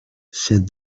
said